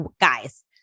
guys